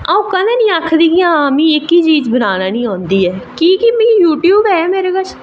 अं'ऊ कदें निं आखनी आं आं की मिगी एह्की चीज़ निं बनानी आं की के यूट्यूब ऐ मेरे कश